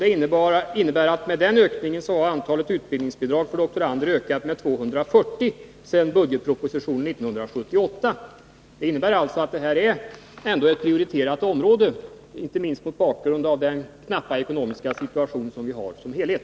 Det innebär en ökning av utbildningsbidragen för doktorander med 240 sedan budgetpropositionen år 1978 behandlades. Det här är alltså ett prioriterat område; detta sagt inte minst mot bakgrund av den knappa ekonomiska situationen i stort.